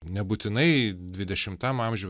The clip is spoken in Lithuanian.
nebūtinai dvidešimtam amžiuj